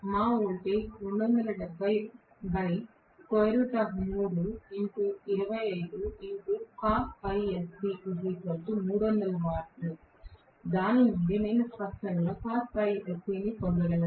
మా వోల్టేజ్ దాని నుండి నేను స్పష్టంగా పొందగలను